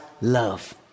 love